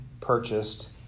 purchased